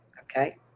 okay